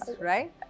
right